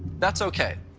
that's okay.